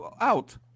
out